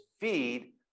feed